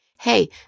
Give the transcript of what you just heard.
hey